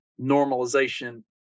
normalization